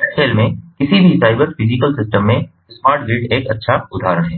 नट shell में किसी भी साइबर फिजिकल सिस्टम में स्मार्ट ग्रिड एक अच्छा उदाहरण है